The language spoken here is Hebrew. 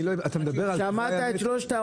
תגיד הכול בהסתייגות.